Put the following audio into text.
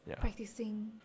Practicing